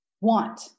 want